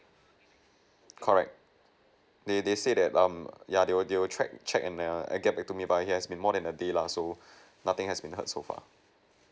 correct they they said that um yeah they will they will check check and err get back to me by it has been more than a day lah so nothing has been heard so far